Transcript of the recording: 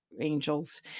angels